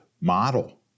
model